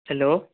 hello